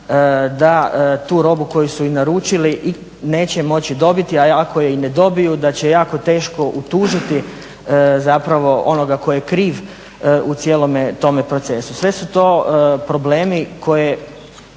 da tu robu koju su i naručili neće moći dobiti, a ako ju i ne dobiju da će jako teško utužiti zapravo onoga tko je kriv u cijelome tome procesu. Sve su to problemi s kojima